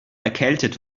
erkältet